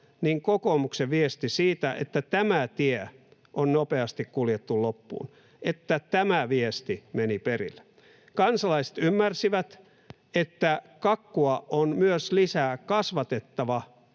kokoomuksen viesti siitä, että tämä tie on nopeasti kuljettu loppuun, meni perille. Kansalaiset ymmärsivät, että kakkua on myös kasvatettava